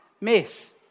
Miss